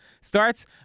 starts